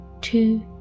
two